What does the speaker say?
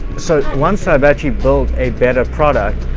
so once i've actually built a better product,